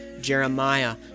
Jeremiah